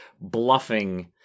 bluffing